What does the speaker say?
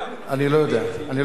אני לא יודע, אני לא יודע.